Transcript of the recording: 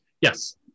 Yes